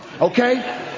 okay